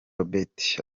robert